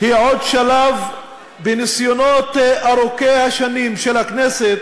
היא עוד שלב בניסיונות ארוכי השנים של הכנסת,